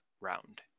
round